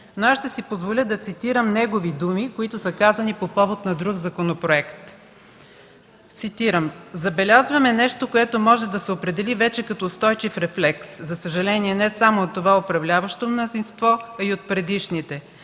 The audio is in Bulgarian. Аз ще си позволя да цитирам негови думи, които са казани по повод друг законопроект. Цитирам: „Забелязваме нещо, което може да се определи вече като устойчив рефлекс, за съжаление не само от това управляващо мнозинство, а и от предишните.